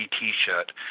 t-shirt